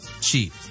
cheap